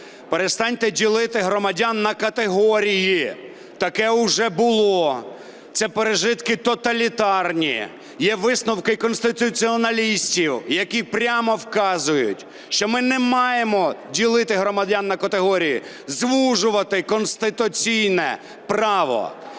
Перестаньте ділити громадян на категорії. Таке уже було. Це пережитки тоталітарні. Є висновки конституціоналістів, які прямо вказують, що ми не маємо ділити громадян на категорії, звужувати конституційне право.